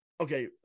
okay